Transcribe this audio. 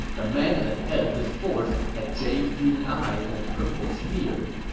the man at the head of this force had jade-green eyes and a purplish beard.